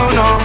no